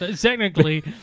Technically